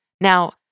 Now